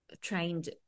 trained